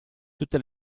tutte